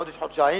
חודש-חודשיים,